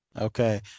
Okay